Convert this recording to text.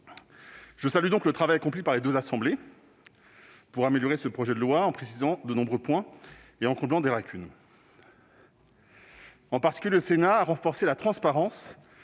Je salue donc le travail accompli par les deux assemblées pour améliorer ce projet de loi ; il a permis de préciser de nombreux points et de combler des lacunes. En particulier, le Sénat a renforcé la transparence